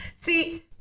See